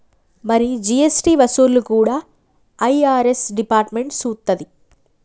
మరి జీ.ఎస్.టి వసూళ్లు కూడా ఐ.ఆర్.ఎస్ డిపార్ట్మెంట్ సూత్తది